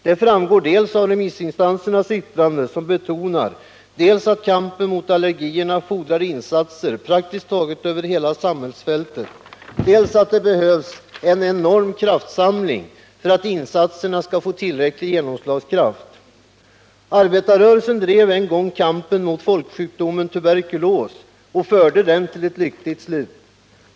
Det framgår även av remissinstansernas yttranden, i vilka betonas dels att kampen mot allergierna fordrar insatser över praktiskt taget hela samhällsfältet, dels att det behövs en enorm kraftsamling för att insatserna skall få tillräcklig genomslagskraft. Arbetarrörelsen drev en gång kampen mot folksjukdomen tuberkulos och förde den till ett lyckligt slut.